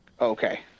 okay